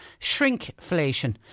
shrinkflation